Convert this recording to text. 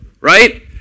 Right